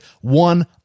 one